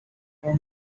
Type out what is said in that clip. four